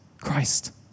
Christ